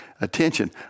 attention